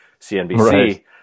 CNBC